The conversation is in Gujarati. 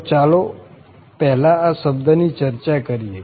તો ચાલો પહેલા આ શબ્દની ચર્ચા કરીએ